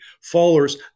followers